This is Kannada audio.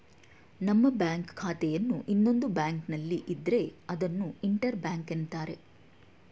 ನಮ್ಮ ಬ್ಯಾಂಕ್ ಖಾತೆಯನ್ನು ಇನ್ನೊಂದು ಬ್ಯಾಂಕ್ನಲ್ಲಿ ಇದ್ರೆ ಅದನ್ನು ಇಂಟರ್ ಬ್ಯಾಂಕ್ ಎನ್ನುತ್ತಾರೆ